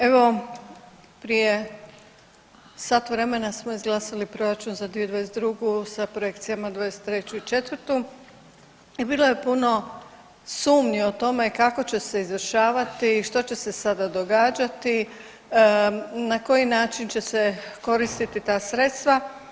Evo, prije sat vremena smo izglasali proračun za 2022. sa projekcijama 2023. i 2024., i bilo je puno sumnji o tome kako će se izvršavati, što će se sada događati, na koji način će se koristiti ta sredstva.